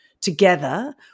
together